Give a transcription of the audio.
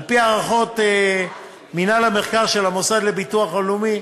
על-פי הערכות מינהל המחקר של המוסד לביטוח לאומי,